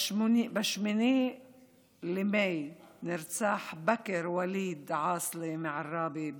ב-8 במאי נרצח בקר וליד עאסלה מעראבה,